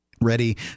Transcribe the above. ready